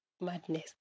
madness